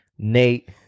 Nate